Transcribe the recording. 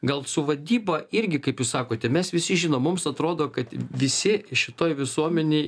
gal su vadyba irgi kaip jūs sakote mes visi žinom mums atrodo kad visi šitoj visuomenėj